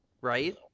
right